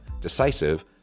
decisive